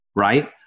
right